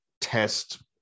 test